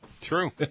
True